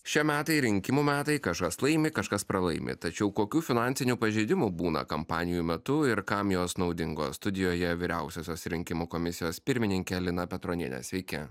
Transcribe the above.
šie metai rinkimų metai kažkas laimi kažkas pralaimi tačiau kokių finansinių pažeidimų būna kampanijų metu ir kam jos naudingos studijoje vyriausiosios rinkimų komisijos pirmininkė lina petronienė sveiki